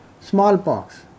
Smallpox